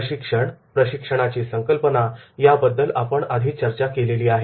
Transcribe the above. प्रशिक्षण प्रशिक्षणाची संकल्पना याबद्दल आपण आधी चर्चा केलेली आहे